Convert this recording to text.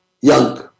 young